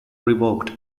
revoked